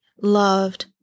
loved